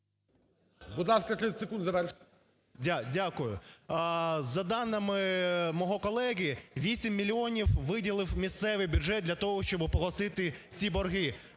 Дякую. За даними мого колеги, 8 мільйонів ви ділив місцевий бюджет для того, щоби погасити ці борги,